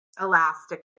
Elastic